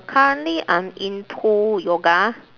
currently I'm into yoga